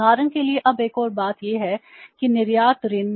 उदाहरण के लिए अब एक और बात यह है कि निर्यात ऋण